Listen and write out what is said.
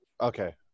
Okay